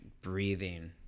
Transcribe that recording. breathing